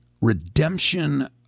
Redemption